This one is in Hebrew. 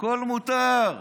הכול מותר,